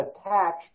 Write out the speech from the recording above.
attached